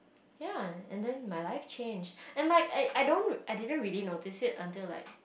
ya and then my life changed and like I I don't I didn't really notice it until like